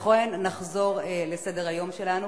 לכן, נחזור לסדר-היום שלנו.